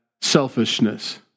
selfishness